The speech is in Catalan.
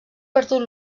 perdut